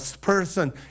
person